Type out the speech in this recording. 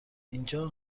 اینجا